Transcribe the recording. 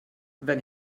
wenn